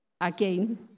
again